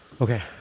Okay